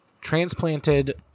transplanted